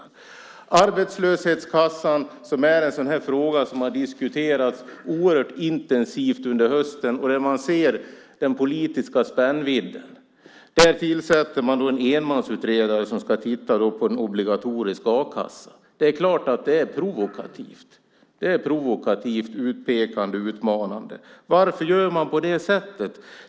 När det gäller frågan om obligatorisk arbetslöshetskassa, som är en fråga som har diskuterats oerhört intensivt under hösten och där man ser den politiska spännvidden, tillsätter man en enmansutredare. Det är klart att det är provokativt! Det är provokativt, utpekande och utmanande. Varför gör man på det sättet?